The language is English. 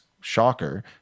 shocker